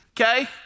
okay